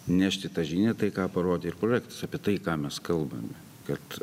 nešti tą žinią tai ką parodė ir projektas apie tai ką mes kalbame kad